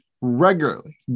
regularly